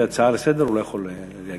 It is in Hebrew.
בהצעה לסדר-היום הוא לא יכול להתערב.